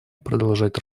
продолжать